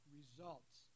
results